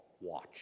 watch